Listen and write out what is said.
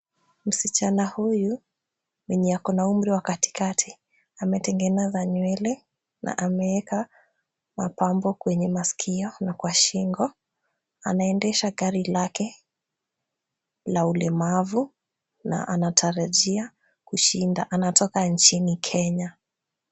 Msichana huyu mwenye ako na umri wa katikati ametengeneza nywele na ameeka mapambo kwenye masikio na kwa shingo. Anaendesha gari lake la ulemavu na anatarajia kushinda, anatoka nchini Kenya.